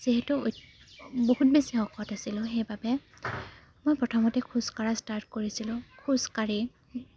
যিহেতু বহুত বেছি শকত আছিলোঁ সেইবাবে মই প্ৰথমতে খোজ কাঢ়া ষ্টাৰ্ট কৰিছিলোঁ খোজ কাঢ়ি